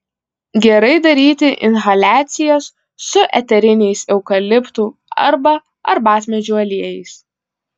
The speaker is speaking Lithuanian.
gerai daryti inhaliacijas su eteriniais eukaliptų arba arbatmedžių aliejais